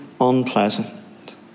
unpleasant